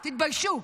תתביישו.